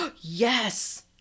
Yes